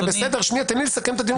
תן לי לסכם את הדיון.